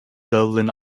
dublin